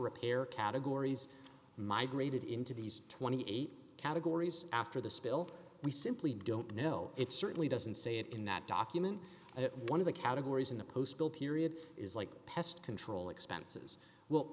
repair categories migrated into these twenty eight categories after the spill we simply don't know it certainly doesn't say it in that document one of the categories in the post bill period is like pest control expenses well